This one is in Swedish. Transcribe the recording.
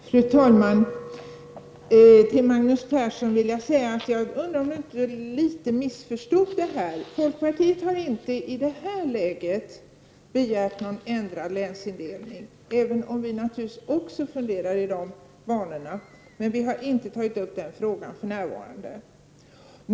Fru talman! Jag undrar om inte Magnus Persson har missförstått det här litet grand. Vi i folkpartiet har inte begärt någon ändring av länsindelningen, även om vi naturligtvis också funderar i de banorna. Vi har alltså ännu inte tagit upp den frågan.